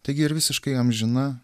taigi ir visiškai amžina